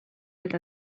with